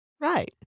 Right